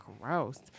gross